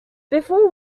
before